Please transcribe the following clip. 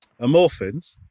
Amorphins